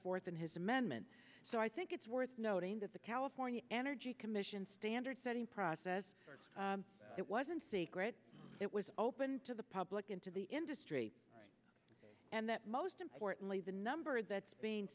forth in his amendment so i think it's worth noting that the california energy commission standard setting process it wasn't secret it was open to the public into the industry and that most importantly the number that's being